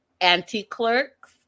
anti-clerks